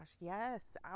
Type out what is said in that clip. yes